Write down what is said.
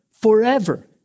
forever